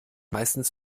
meistens